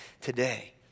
today